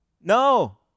No